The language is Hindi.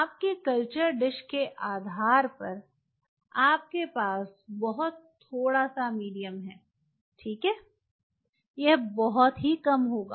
आपके कल्चर डिश के आधार पर आपके पास बहुत थोड़ा सा मीडियम है ठीक है यह बहुत कम होगा